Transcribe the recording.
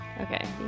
Okay